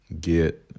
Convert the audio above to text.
get